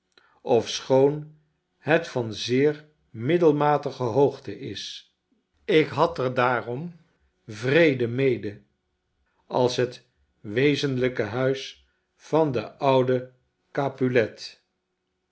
ofschoon het van zeermiddelmatigehoogte is ik had er daarom vrede mede als het wezenlijke huis van den ouden oapulet